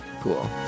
cool